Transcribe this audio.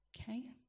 Okay